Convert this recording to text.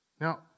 Now